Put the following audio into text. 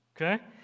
Okay